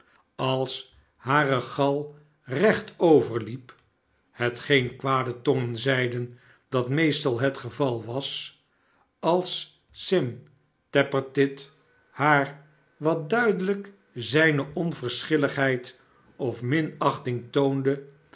als hare gal recht overliep hetgeen kwade tongen zeiden dat meestal het geval was als sim tappertit haar wat duidelijk zijne onverschilligheid of minachting toonde